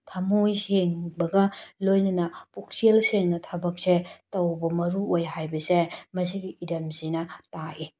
ꯊꯝꯃꯣꯏ ꯁꯦꯡꯕꯒ ꯂꯣꯏꯅꯅ ꯄꯨꯛꯆꯦꯜ ꯁꯦꯡꯅ ꯊꯕꯛꯁꯦ ꯇꯧꯕ ꯃꯔꯨ ꯑꯣꯏ ꯍꯥꯏꯕꯁꯦ ꯃꯁꯤꯒꯤ ꯏꯗꯤꯌꯝꯁꯤꯅ ꯇꯥꯛꯏ